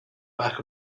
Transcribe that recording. back